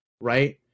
right